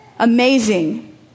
Amazing